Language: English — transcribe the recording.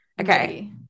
Okay